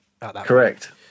Correct